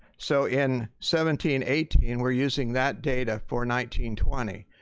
so in seventeen eighteen we're using that data for nineteen twenty.